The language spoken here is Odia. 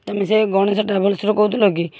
ତମେ ସେ ଗଣେଶ ଟ୍ରାଭେଲସରୁ କହୁଥିଲ କି